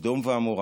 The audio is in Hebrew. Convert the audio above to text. סדום ועמורה,